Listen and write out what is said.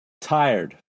Tired